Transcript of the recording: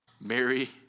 Mary